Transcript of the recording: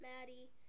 Maddie